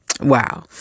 Wow